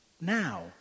now